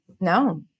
no